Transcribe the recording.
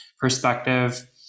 perspective